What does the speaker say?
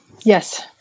Yes